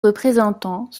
représentants